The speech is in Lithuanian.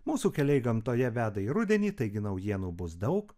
mūsų keliai gamtoje veda į rudenį taigi naujienų bus daug